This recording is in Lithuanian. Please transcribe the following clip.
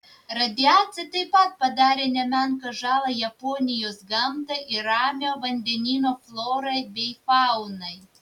radiacija taip pat padarė nemenką žalą japonijos gamtai ir ramiojo vandenyno florai bei faunai